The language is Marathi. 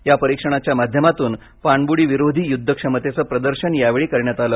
या परीक्षणाच्या माध्यमातून पाणबुडीविरोधी युद्धक्षमतेचं प्रदर्शन यावेळी करण्यात आलं